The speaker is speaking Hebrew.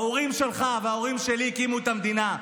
ההורים שלך וההורים שלי הקימו את המדינה,